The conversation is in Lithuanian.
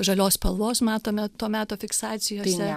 žalios spalvos matome to meto fiksacijose